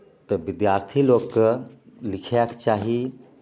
तऽ विद्यार्थी लोकके लिखैके चाही